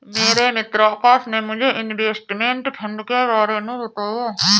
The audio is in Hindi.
मेरे मित्र आकाश ने मुझे इनवेस्टमेंट फंड के बारे मे बताया